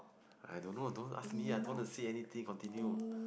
I don't know don't ask me I don't want to say anything continue